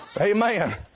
Amen